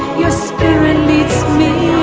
your spirit leads me